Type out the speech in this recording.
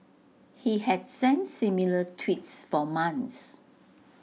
he had sent similar tweets for months